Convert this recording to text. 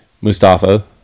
mustafa